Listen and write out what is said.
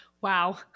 Wow